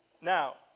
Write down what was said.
Now